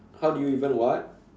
how did you even what